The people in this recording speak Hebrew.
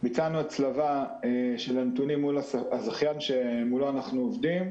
ביצענו הצלבה של הנתונים מול הזכיין שמולו אנחנו עובדים,